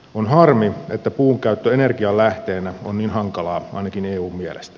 on harmi että puunkäyttö energianlähteenä on niin hankalaa ainakin eun mielestä